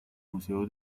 museo